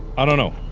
i dunno